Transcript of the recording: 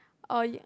oh you